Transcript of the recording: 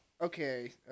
Okay